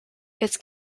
its